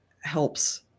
helps